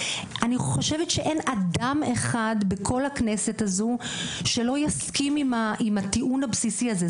אין אדם אחד בכל הכנסת הזו שלא יסכים עם הטיעון הבסיסי הזה,